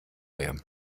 mehr